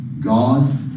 God